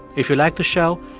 if you like the show,